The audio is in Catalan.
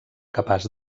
capaç